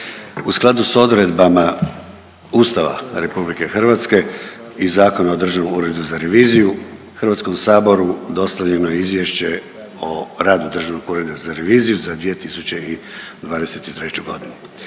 U skladu s odredbama Ustava RH i Zakona o državnom uredu za reviziju HS-u dostavljeno je izvješće o radu Državnog ureda za reviziju za 2023. godinu.